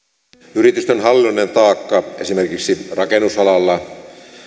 yritysten hallinnollinen taakka esimerkiksi rakennusalalla